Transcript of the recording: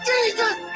Jesus